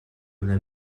una